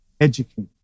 Educate